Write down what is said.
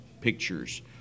pictures